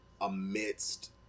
amidst